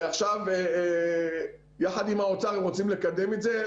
ועכשיו עם האוצר הם רוצים לקדם את זה,